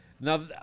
Now